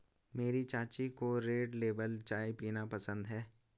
मेरी चाची को रेड लेबल चाय पीना पसंद है